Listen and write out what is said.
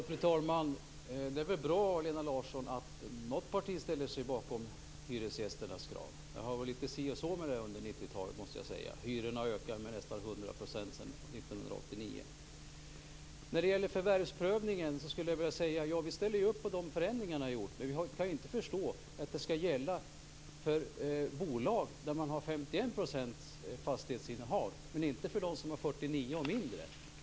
Fru talman! Det är väl bra, Lena Larsson, att något parti ställer sig bakom hyresgästernas krav. Det har varit litet si och så med det under 90-talet, måste jag säga. Hyrorna har ökat med nästan 100 % sedan När det gäller förvärvsprövningen skulle jag vilja säga att vi ställer upp på de förändringar ni har gjort, men vi kan inte förstå att det skall gälla för bolag med 51 % fastighetsinnehav, men inte för dem som har 49 % fastighetsinnehav eller mindre.